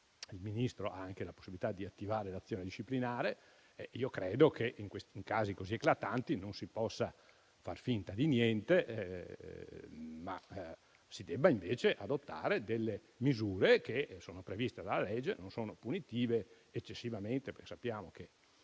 il Ministro ha anche la possibilità di attivare l'azione disciplinare. Credo che in casi così eclatanti non si possa far finta di niente, ma si debbano invece adottare delle misure che sono previste dalla legge e non sono eccessivamente punitive. Sappiamo